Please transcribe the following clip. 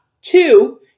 two